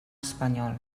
espanyol